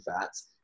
fats